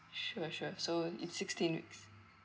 sure sure so it's sixteen weeks